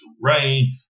rain